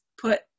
put